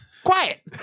Quiet